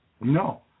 No